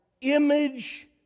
image